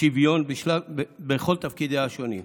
ושוויון בכל תפקידיה השונים,